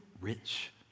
rich